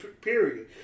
period